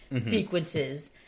sequences